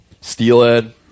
steelhead